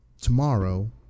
Tomorrow